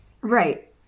Right